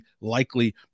likely